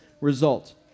result